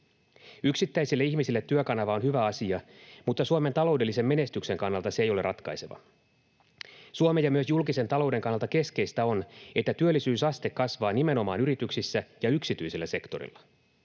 Yksittäisille ihmisille Työkanava on hyvä asia, mutta Suomen taloudellisen menestyksen kannalta se ei ole ratkaiseva. Suomen ja myös julkisen talouden kannalta keskeistä on, että työllisyysaste kasvaa nimenomaan yrityksissä ja yksityisellä sektorilla.